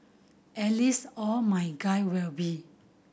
at least all my guy will be